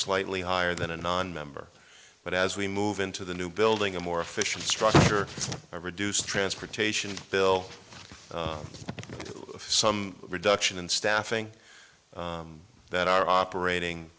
slightly higher than a nonmember but as we move into the new building a more efficient structure to reduce transportation bill some reduction in staffing that our operating